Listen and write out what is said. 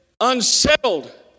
unsettled